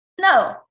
No